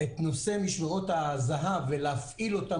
את נושא משמרות הזה"ב ולהפעיל אותם